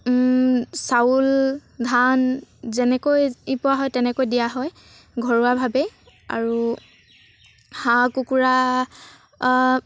চাউল ধান যেনেকৈ পোৱা হয় তেনেকৈ দিয়া হয় ঘৰুৱাভাৱে আৰু হাঁহ কুকুৰা